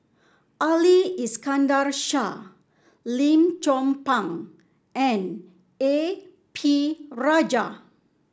Ali Iskandar Shah Lim Chong Pang and A P Rajah